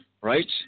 Right